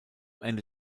ende